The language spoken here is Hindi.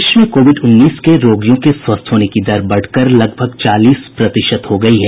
देश में कोविड उन्नीस के रोगियों के स्वस्थ होने की दर बढ़कर लगभग चालीस प्रतिशत हो गयी है